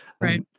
Right